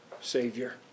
Savior